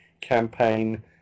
campaign